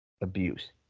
abuse